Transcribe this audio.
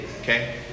okay